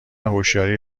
هوشیاری